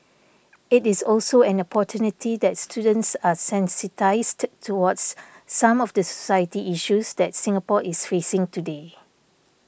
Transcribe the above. it is also an opportunity that students are sensitised towards some of the society issues that Singapore is facing today